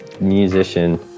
musician